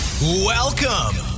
Welcome